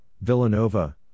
Villanova